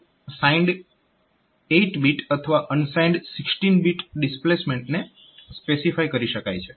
તો signed 8 bit અથવા unsigned 16 bit ડિસ્પ્લેસમેન્ટને સ્પેસિફાય કરી શકાય છે